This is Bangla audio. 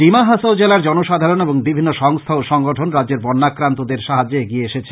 ডিমা হাসাও জেলার জনসাধারণ এবং বিভিন্ন সংস্থা ও সংগঠন রাজ্যের বন্যাক্রান্তদের সাহায্য এগিয়ে এসেছে